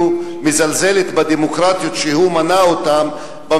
מזלזלת בדמוקרטיות במזרח התיכון שהוא מנה אותן.